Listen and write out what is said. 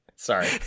Sorry